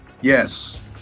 Yes